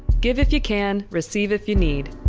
give if you can, receive if you need.